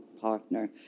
partner